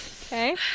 Okay